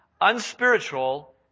unspiritual